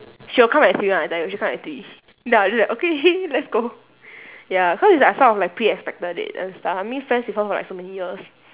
she will come at three [one] I tell you she will come at three ya she'll be like okay let's go ya cause it's like I sort of like I pre expected it and stuff I've been friends with her for like so many years